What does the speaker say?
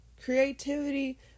Creativity